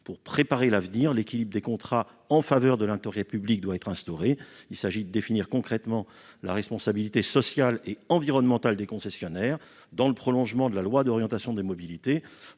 Pour préparer l'avenir, il faut rééquilibrer les contrats en faveur de l'intérêt public. Il s'agit de définir concrètement la responsabilité sociale et environnementale des concessionnaires. Dans le prolongement de la loi d'orientation des mobilités,